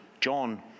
John